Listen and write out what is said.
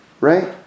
right